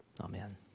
Amen